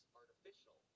artificial